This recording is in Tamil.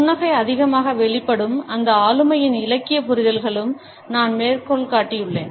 புன்னகை அதிகமாக வெளிப்படும் அந்த ஆளுமைகளின் இலக்கிய புரிதல்களுக்கு நான் மேற்கோள் காட்டியுள்ளேன்